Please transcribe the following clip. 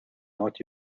not